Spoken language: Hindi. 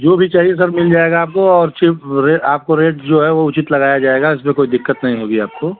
जो भी चाहिए सर मिल जाएगा आपको और सिर्फ़ रे आपको रेट जो है वह उचित लगाया जाएगा इसमें कोई दिक्कत नहीं होगी आपको